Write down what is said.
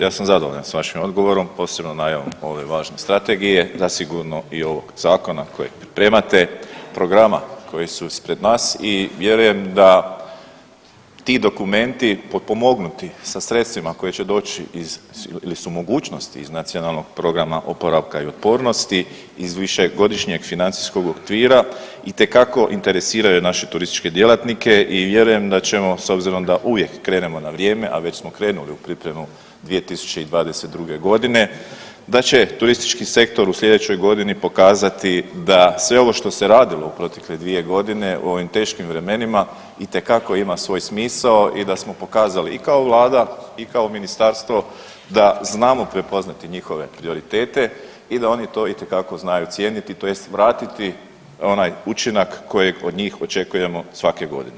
Ja sam zadovoljan s vašim odgovorom, posebno najavom ove važne strategije, zasigurno i ovog zakona kojeg pripremate, programa koji su ispred nas i vjerujem da ti dokumenti potpomognuti sa sredstvima koji će doći iz ili su mogućnosti iz NPOO i iz višegodišnjeg financijskog okvira itekako interesiraju naše turističke djelatnike i vjerujem da ćemo s obzirom da uvijek krenemo na vrijeme, a već smo krenuli u pripremu 2022.g., da će turistički sektor u slijedećoj godini pokazati da sve ovo što se radilo u protekle 2.g. u ovim teškim vremenima itekako ima svoj smisao i da smo pokazali i kao vlada i kao ministarstvo da znamo prepoznati njihove prioritete i da oni to itekako znaju cijeniti tj. vratiti onaj učinak kojeg od njih očekujemo svake godine.